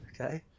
okay